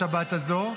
בשבת הזו.